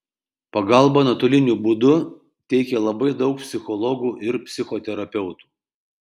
pagalbą nuotoliniu būdu teikia labai daug psichologų ir psichoterapeutų